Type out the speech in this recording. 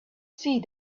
see